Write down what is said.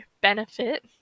benefit